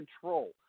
control